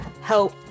help